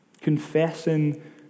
confessing